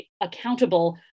accountable